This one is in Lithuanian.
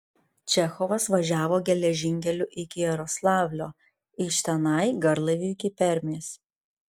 čechovas važiavo geležinkeliu iki jaroslavlio o iš tenai garlaiviu iki permės